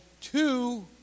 two